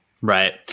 Right